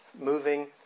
moving